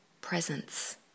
presence